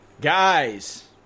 Guys